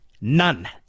None